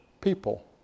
people